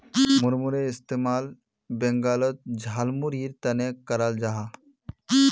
मुड़मुड़ेर इस्तेमाल बंगालोत झालमुढ़ीर तने कराल जाहा